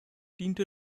diente